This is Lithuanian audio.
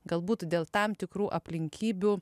galbūt dėl tam tikrų aplinkybių